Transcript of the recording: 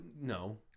No